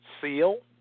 seal